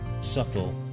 subtle